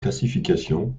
classification